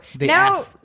Now